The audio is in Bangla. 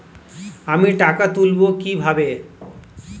আমি টাকা তুলবো কি ভাবে?